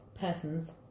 Persons